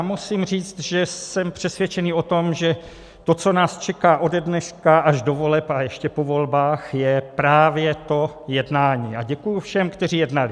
Musím říct, že jsem přesvědčený o tom, že to, co nás čeká ode dneška až do voleb a ještě po volbách, je právě to jednání, a děkuji všem, kteří jednali.